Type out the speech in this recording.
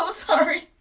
ah sorry.